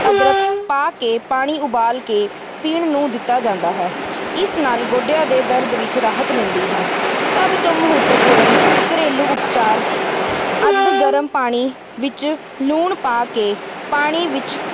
ਅਦਰਕ ਪਾ ਕੇ ਪਾਣੀ ਉਬਾਲ ਕੇ ਪੀਣ ਨੂੰ ਦਿੱਤਾ ਜਾਂਦਾ ਹੈ ਇਸ ਨਾਲ ਗੋਡਿਆਂ ਦੇ ਦਰਦ ਵਿੱਚ ਰਾਹਤ ਮਿਲਦੀ ਹੈ ਸਭ ਤੋਂ ਮਹੱਤਵਪੂਰਨ ਘਰੇਲੂ ਉਪਚਾਰ ਅੱਧ ਗਰਮ ਪਾਣੀ ਵਿੱਚ ਲੂਣ ਪਾ ਕੇ ਪਾਣੀ ਵਿੱਚ